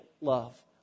love